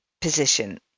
position